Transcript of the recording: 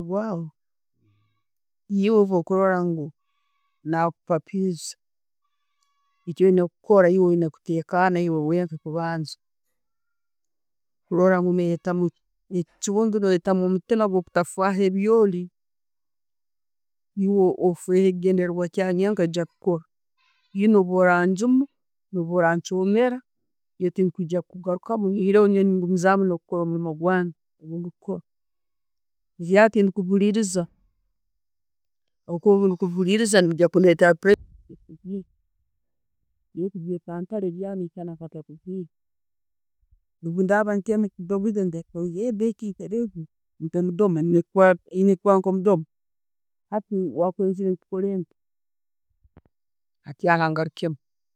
Bwawe, eiwe bwokurora ngu nakupapiisa, okyoine okukora, eiwe oyine kutekana wenka kubanza kurora no'wetamu omutiima gwo butafaho ebyoli, eiwe ofe nkigendererwa kyaawe, nyoowe nkaija kukora. Eiwe no'bworanjuma, no'bworachomera, nyoowe tinkwija kugarukamu oreiho nyoowe nengumizaamu no'kukora omuliimu gwange ogundi kukora. Ebyawe tinkubihuliriza, okubihuliriza nebeija kundetera bintu byo kwetantara ebyo nenisana atakubihura, nenefora nko'mudooma, hati wakwenzere nkukole nta, hati aho angarukemu.